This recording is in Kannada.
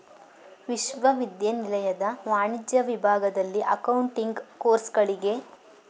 ವಿಶ್ವವಿದ್ಯಾನಿಲಯದ ವಾಣಿಜ್ಯ ವಿಭಾಗದಲ್ಲಿ ಅಕೌಂಟಿಂಗ್ ಕೋರ್ಸುಗಳಿಗೆ